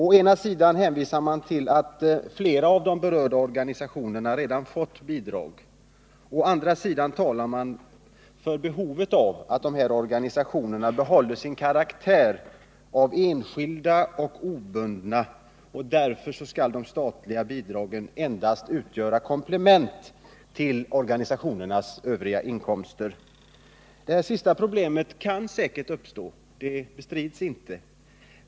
Å ena sidan hänvisar man till att flera av de berörda organisationerna redan har fått bidrag, å andra sidan talar man om behovet av att de här organisationerna behåller sin karaktär av enskilda och obundna organisationer. Därför skall, menar man, de statliga bidragen endast utgöra komplement till organisationernas övriga inkomster. Det här sista problemet kan säkert uppstå, det bestrides inte.